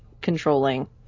controlling